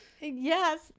Yes